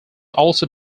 also